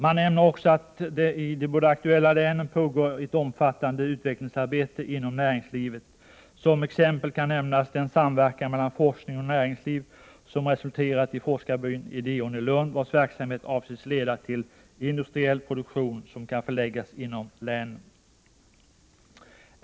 Man nämner också att det i de båda aktuella länen pågår ett omfattande utvecklingsarbete inom näringslivet. Som exempel kan nämnas den samverkan mellan forskning och näringsliv som resulterat i forskarbyn IDEON i Lund, vars verksamhet avses leda till industriell produktion som kan förläggas inom länen.